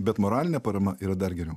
bet moralinė parama yra dar geriau